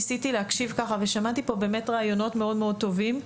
ניסיתי להקשיב ושמעתי פה באמת רעיונות מאוד מאוד טובים,